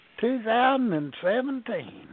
2017